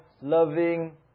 loving